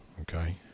okay